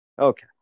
Okay